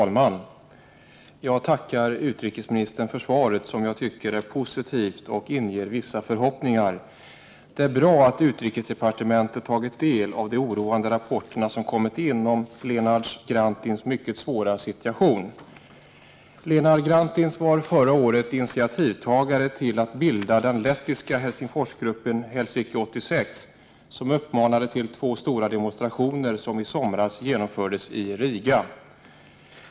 Linards Grantins grundade förra året den lettiska Helsingforsgruppen ”Helsinki-86”. Det är ”Helsinki-86” som uppmanade till de två stora demonstrationer som i somras genomfördes i Riga.